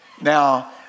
Now